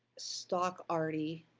stock-arty.